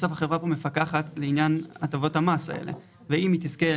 בסוף החברה כאן מפקחת לעניין הטבות המס האלה ואם היא תזכה,